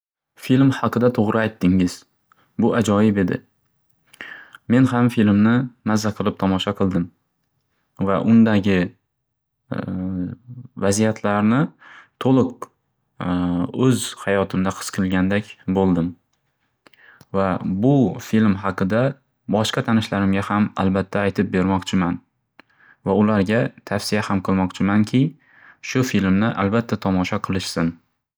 Film haqida to'g'ri aytingiz. Bu ajoyib edi. Men ham filmni mazza qilib tomosha qildim va undagi vaziyatlarni to'liq o'z hayotimda xis qilgandak bo'ldim. Va bu film haqida boshqa tanishlarimga ham albatda aytib bermoqchiman va ularga tafsiya ham qilmoqchimanki, shu filmni albatda tomosha qilishsin.